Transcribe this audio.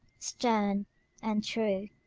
stern and true!